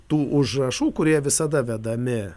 tų užrašų kurie visada vedami